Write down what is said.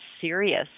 serious